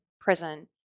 prison